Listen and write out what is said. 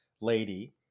lady